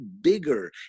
bigger